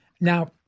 Now